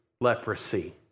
Leprosy